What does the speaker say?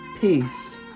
Peace